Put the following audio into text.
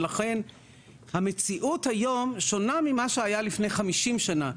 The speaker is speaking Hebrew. ולכן המציאות היום שונה ממה שהיה לפני 50 שנה.